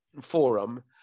Forum